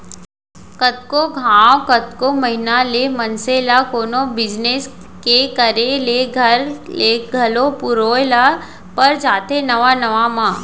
कतको घांव, कतको महिना ले मनसे ल कोनो बिजनेस के करे ले घर ले घलौ पुरोय ल पर जाथे नवा नवा म